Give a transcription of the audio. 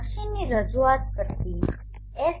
દક્ષિણની રજૂઆત કરતી એસ